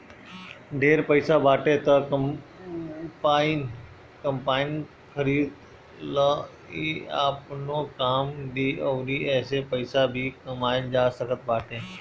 ढेर पईसा बाटे त कम्पाईन खरीद लअ इ आपनो काम दी अउरी एसे पईसा भी कमाइल जा सकत बाटे